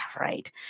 Right